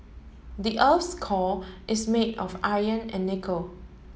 the earth's core is made of iron and nickel